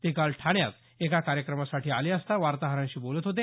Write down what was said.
ते काल ठाण्यात एका कार्यक्रमासाठी आले असता वार्ताहरांशी बोलत होते